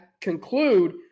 conclude